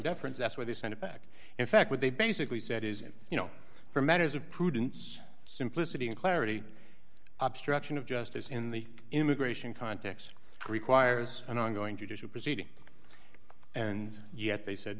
deference that's why they sent it back in fact what they basically said is you know for matters of prudence simplicity and clarity obstruction of justice in the immigration context requires an ongoing judicial proceeding and yet they said